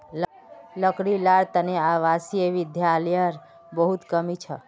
लड़की लार तने आवासीय विद्यालयर बहुत कमी छ